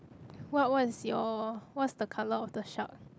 what what is your what's the colour of the shark